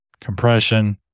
compression